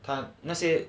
他那些